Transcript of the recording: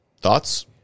Thoughts